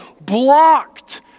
blocked